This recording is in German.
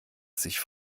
sich